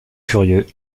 furieux